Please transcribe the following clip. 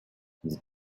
vous